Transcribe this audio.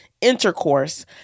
intercourse